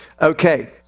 Okay